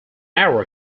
arrow